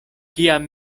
kiam